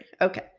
Okay